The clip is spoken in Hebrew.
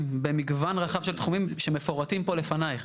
במגוון רחב של תחומים שמפורטים פה לפנייך.